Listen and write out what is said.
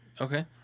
Okay